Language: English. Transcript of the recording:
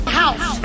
house